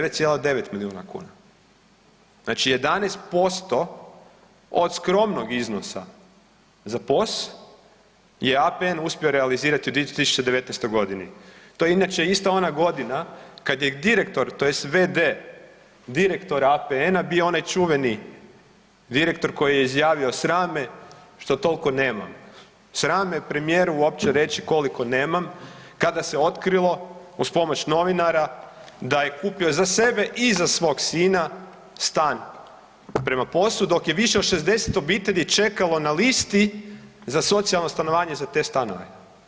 9,9 milijuna kuna, znači 11% od skromnog iznosa za POS je APN je uspio realizirati u 2019.g. To je inače ista ona godina kad je direktor tj. v.d. direktora APN-a bio onaj čuveni direktor koji je izjavio „sram me što tolko nemam, sram me je premijeru uopće reći koliko nemam“ kada se otkrilo uz pomoć novinara da je kupio za sebe i za svog sina stan prema POS-u dok je više od 60 obitelji čekalo na listi za socijalno stanovanje za te stanove.